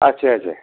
अच्छा अच्छा